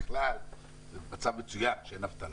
בכלל זה מצב מצוין שאין אבטלה